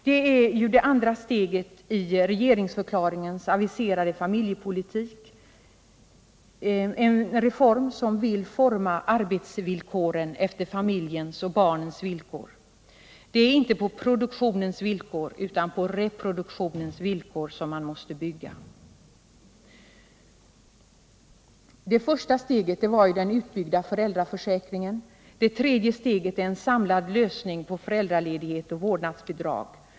Det är det andra steget i regeringsförklaringens aviserade familjepolitik — en reform som vill forma arbetsvillkoren efter familjens och barnens villkor. Det är inte på produktionens villkor utan på reproduktionens villkor man måste bygga. Det första steget var den utbyggda föräldraförsäkringen. Det tredje steget är en samlad lösning för föräldraledighet och vårdnadsbidrag.